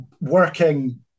working